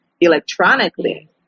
electronically